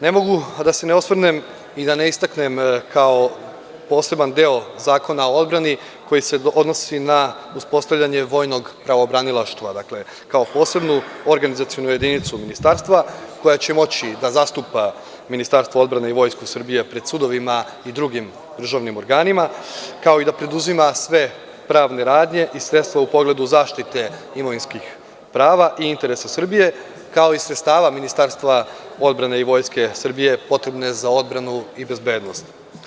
Ne mogu a da se ne osvrnem i da ne istaknem kao poseban deo Zakona o odbrani koji se odnosi na uspostavljanje vojnog pravobranilaštva kao posebnu organizacionu jedinicu ministarstva koja će moći da zastupa Ministarstvo odbrane i Vojsku Srbije pred sudovima i drugim državnim organima, kao i da preduzima sve pravne radnje i sredstva u pogledu zaštite imovinskih prava i interesa Srbije, kao i sredstava Ministarstva odbrane i Vojske Srbije potrebne za odbranu i bezbednost.